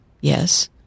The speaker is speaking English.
Yes